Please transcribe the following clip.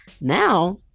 now